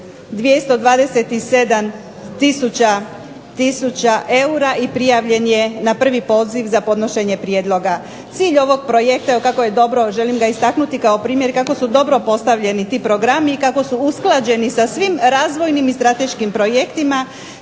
227 tisuća eura i prijavljen je na prvi poziv za podnošenje prijedloga. Cilj ovog projekta evo kako je dobro, želim ga istaknuti kao primjer kako su dobro postavljeni ti programi, kako su usklađeni sa svim razvojnim i strateškim projektima.